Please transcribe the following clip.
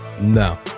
No